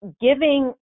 giving